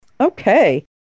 Okay